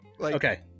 Okay